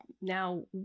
now